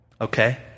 okay